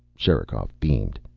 sherikov beamed.